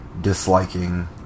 Disliking